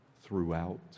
throughout